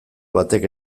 batek